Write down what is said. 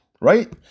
right